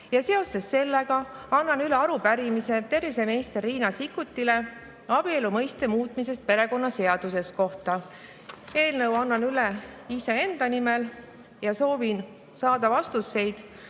Seoses sellega annan üle arupärimise terviseminister Riina Sikkutile abielu mõiste muutmisest perekonnaseaduses. Annan selle üle iseenda nimel ja soovin saada vastuseid